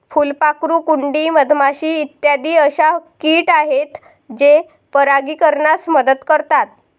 फुलपाखरू, कुंडी, मधमाशी इत्यादी अशा किट आहेत जे परागीकरणास मदत करतात